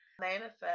manifest